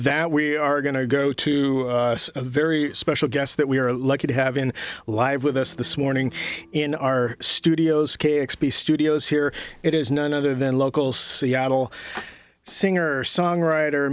that we are going to go to a very special guest that we are lucky to have in live with us this morning in our studios k x p studios here it is none other than local seattle singer songwriter